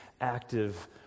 active